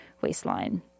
waistline